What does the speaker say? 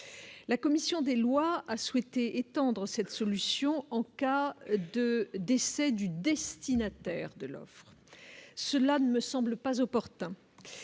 la commission des lois a souhaité étendre cette solution en cas de décès du destinataire de l'offre, cela ne me semble pas opportun